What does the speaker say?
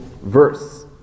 verse